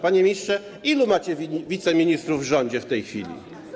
Panie ministrze, ilu macie wiceministrów w rządzie w tej chwili?